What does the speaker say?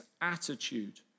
attitude